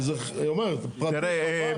כי היא אומרת --- תראה,